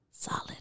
solid